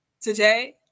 Today